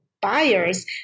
buyers